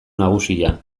nagusia